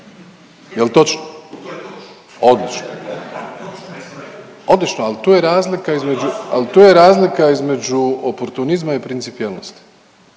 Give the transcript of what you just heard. To je točno./… Odlično! Odlično, ali tu je razlika između oportunizma i principijelnosti.